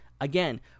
again